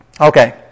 Okay